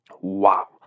wow